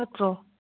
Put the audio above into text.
ꯅꯠꯇ꯭ꯔꯣ